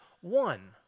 one